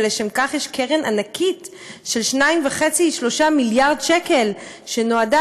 ולשם כך יש קרן ענקית של 2.5 3 מיליארד שקל שנועדה